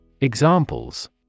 Examples